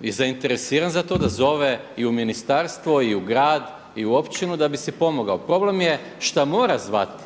je zainteresiran za to, da zove i u ministarstvo i u grad i u općinu da bi si pomogao. Problem je šta mora zvati,